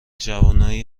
جوونای